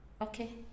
Okay